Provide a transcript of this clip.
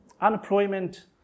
unemployment